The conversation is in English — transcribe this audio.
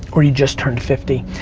or you just turned fifty.